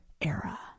era